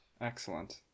Excellent